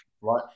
right